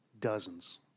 Dozens